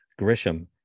grisham